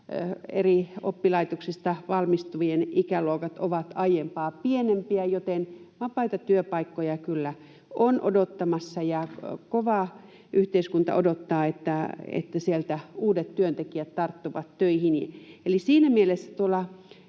eri oppilaitoksista valmistuvien ikäluokat ovat aiempaa pienempiä, joten vapaita työpaikkoja kyllä on odottamassa ja kovaa yhteiskunta odottaa, että sieltä uudet työntekijät tarttuvat töihin. Eli siinä mielessä näitä